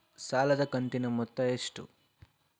ಸಾಲದ ಕಂತಿನ ಮೊತ್ತ ಎಷ್ಟು?